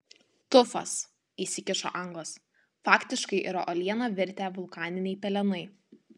tufas įsikišo anglas faktiškai yra uoliena virtę vulkaniniai pelenai